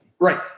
Right